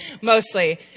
mostly